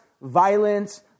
violence